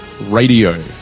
Radio